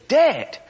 dead